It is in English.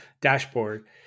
dashboard